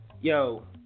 Yo